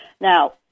Now